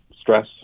stress